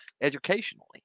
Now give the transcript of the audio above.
educationally